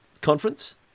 conference